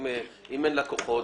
אם אין לקוחות,